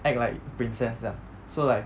act like princess 这样 so like